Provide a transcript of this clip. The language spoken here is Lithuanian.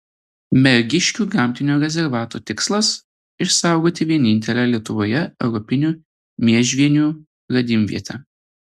mergiškių gamtinio rezervato tikslas išsaugoti vienintelę lietuvoje europinių miežvienių radimvietę